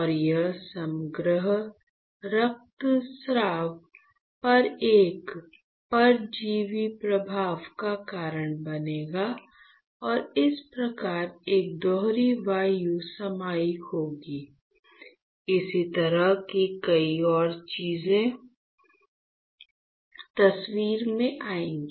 और यह समग्र रक्तस्राव पर एक परजीवी प्रभाव का कारण बनेगा और इस प्रकार एक दोहरी वायु समाई होगी और इस तरह की कई और चीजें तस्वीर में आएंगी